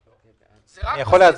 נכון.